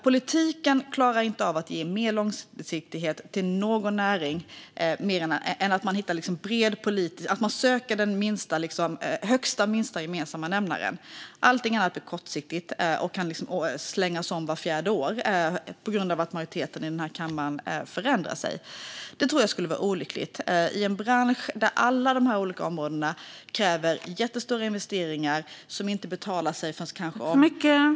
Politiken klarar inte av att ge mer långsiktighet till någon näring om man inte söker den största och den minsta gemensamma nämnaren. Allt annat blir kortsiktigt och kan slängas om vart fjärde år på grund av att majoriteten i den här kammaren förändras. Det tror jag skulle vara olyckligt i en bransch där alla dessa olika områden kräver jättestora investeringar, som inte betalar sig förrän om kanske 10, 70 eller 100 år.